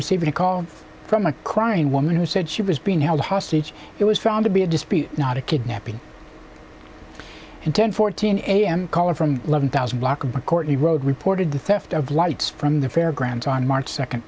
receiving a call from a crying woman who said she was being held hostage it was found to be a dispute not a kidnapping and ten fourteen a m caller from eleven thousand block of courtney road reported the theft of lights from the fairgrounds on march second